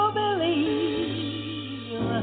believe